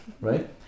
right